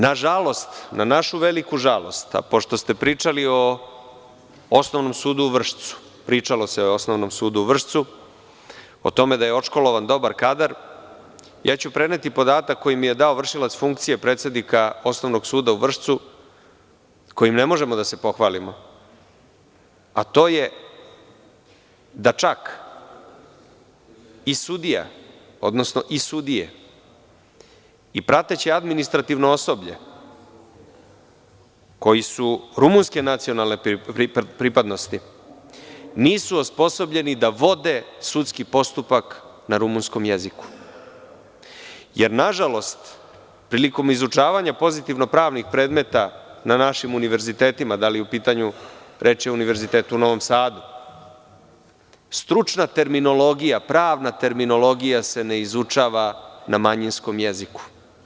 Nažalost, na našu veliku žalost, a pošto ste pričali o Osnovnom sudu u Vršcu, pričalo se o Osnovnom sudu u Vršcu, o tome da je odškolovan dobar kadar, preneću podatak koji mi je dao vršilac funkcije predsednika Osnovnog suda u Vršcu, kojim ne možemo da se pohvalimo, a to je da čak i sudije i prateće administrativno osoblje koji su rumunske nacionalne pripadnosti nisu osposobljeni da vode sudski postupak na rumunskom jeziku, jer, nažalost, prilikom izučavanja pozitivno pravnih predmeta na našim univerzitetima, reč je o Univerzitetu u Novom Sadu, stručna terminologija, pravna terminologija se ne izučava na manjinskom jeziku.